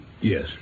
Yes